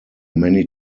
many